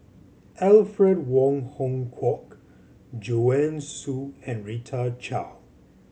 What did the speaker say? Alfred Wong Hong Kwok Joanne Soo and Rita Chao